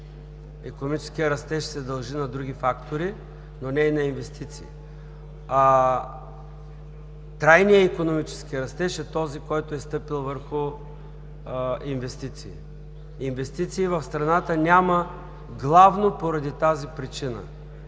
Икономическият растеж се дължи на други фактори, но не и на инвестиции. Трайният икономически растеж е този, който е стъпил върху инвестиции. Инвестиции в страната няма главно поради тази причина,